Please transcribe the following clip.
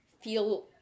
feel